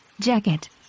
jacket